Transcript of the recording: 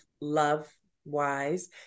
love-wise